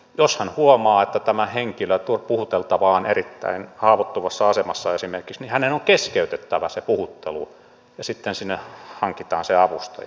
jos hän huomaa että tämä henkilö puhuteltava on esimerkiksi erittäin haavoittuvassa asemassa niin hänen on keskeytettävä se puhuttelu ja sitten sinne hankitaan se avustaja